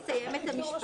אני אסיים את המשפט.